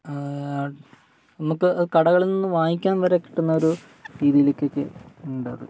നമുക്ക് അത് കടകളിൽ നിന്ന് വാങ്ങിക്കാൻവരെ കിട്ടുന്ന ഒരു രീതിയിലേക്കൊക്കെ ഉണ്ടത്